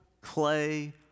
clay